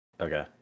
Okay